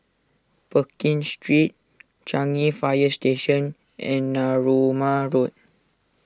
Pekin Street Changi Fire Station and Narooma Road